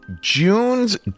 June's